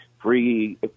free